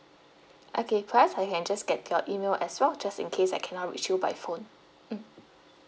okay perhaps I can just get your email as well just in case I cannot reach you by phone mm